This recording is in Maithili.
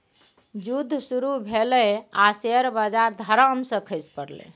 जुद्ध शुरू भेलै आ शेयर बजार धड़ाम सँ खसि पड़लै